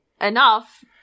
enough